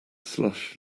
slush